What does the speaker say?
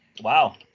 Wow